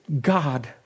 God